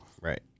Right